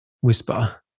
whisper